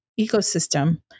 ecosystem